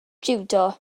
jiwdo